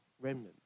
remnant